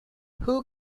who